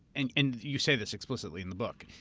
and and you say this explicitly in the book.